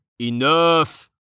enough